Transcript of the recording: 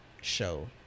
show